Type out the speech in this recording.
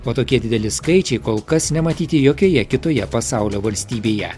o tokie dideli skaičiai kol kas nematyti jokioje kitoje pasaulio valstybėje